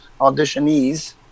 auditionees